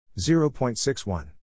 0.61